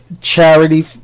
charity